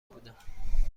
بودم